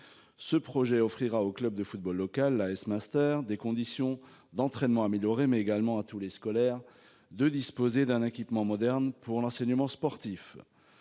Ce projet offrira au club de football local là est master des conditions d'entraînement amélioré mais également à tous les scolaires de disposer d'un équipement moderne pour l'enseignement sportif.